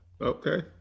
Okay